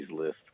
list